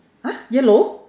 !huh! yellow